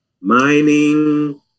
Mining